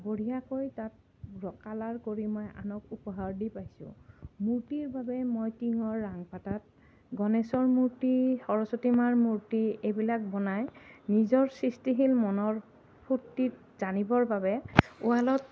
বঢ়িয়াকৈ তাত কালাৰ কৰি মই আনক উপহাৰ দি পাইছোঁ মূৰ্তিৰ বাবে মই টিঙৰ ৰাংপাতাত গণেশৰ মূৰ্তি সৰস্বতীমাৰ মূৰ্তি এইবিলাক বনাই নিজৰ সৃষ্টিশীল মনৰ ফূৰ্তিত জানিবৰ বাবে ৱালত